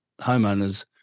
homeowners